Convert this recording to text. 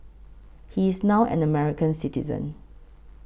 he is now an American citizen